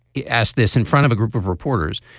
he asked this in front of a group of reporters.